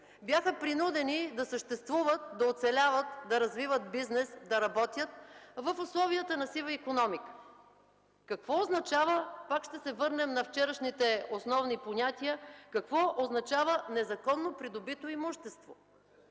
бяха принудени да съществуват, да оцеляват, да развиват бизнес, да работят в условията на сива икономика?! Какво означава, пак ще се върнем на вчерашните основни понятия, „незаконно придобито имущество”?